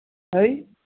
ਹੈਂ ਜੀ